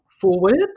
forward